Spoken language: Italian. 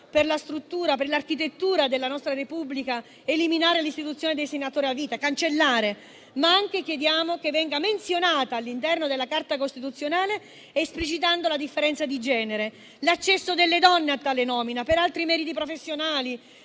per la struttura e per l'architettura della nostra Repubblica, eliminare l'istituzione dei senatori a vita, ma chiediamo anche che venga esplicitamente menzionata, all'interno della Carta costituzionale, la differenza di genere, garantendo l'accesso delle donne a tale nomina per alti meriti professionali,